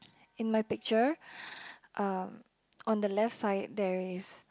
in my picture um on the left side there is